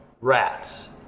rats